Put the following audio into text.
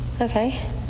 Okay